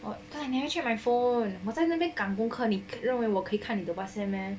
what cause I never check my phone 我在那边赶功课认为我可以看你的 Whatsapp meh